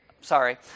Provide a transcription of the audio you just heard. Sorry